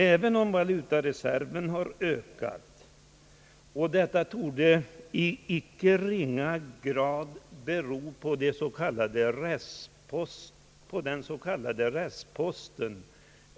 Även valutareserven har ökat, och detta torde i icke ringa grad bero på den s.k. restposten.